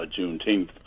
Juneteenth